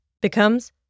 becomes